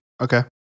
Okay